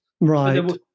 Right